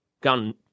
gun